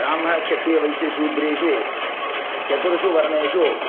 ब्राह्मणक्षत्रियवैश्यशूद्रेषु चतुर्षु वर्णेषु